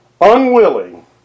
unwilling